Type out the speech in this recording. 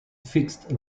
fixed